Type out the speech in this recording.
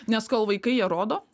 nes kol vaikai jie rodo